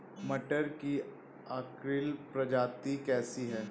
मटर की अर्किल प्रजाति कैसी है?